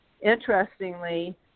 Interestingly